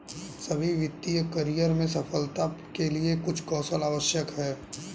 सभी वित्तीय करियर में सफलता के लिए कुछ कौशल आवश्यक हैं